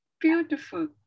Beautiful